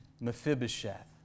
Mephibosheth